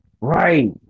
Right